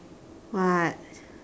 what